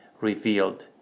revealed